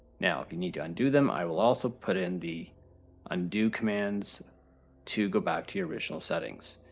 now if you need to undo them, i will also put in the undo commands to go back to your original settings.